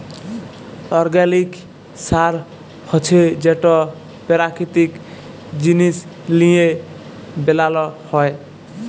organic সার হছে যেট পেরাকিতিক জিনিস লিঁয়ে বেলাল হ্যয়